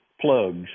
plugs